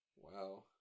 Wow